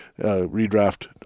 redraft